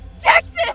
Jackson